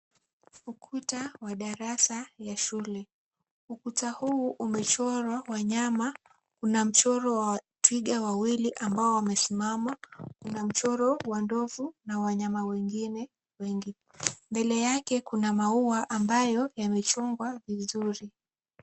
Ukuta wa darasa la shule. Ukuta huu umechorwa wanyama. Una mchoro wa twiga wawili ambao wamesimama, una mchoro wa ndovu na wanyama wengine wengi. Mbele yake kuna maua ambayo yamechungwa vizuri.